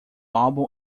álbum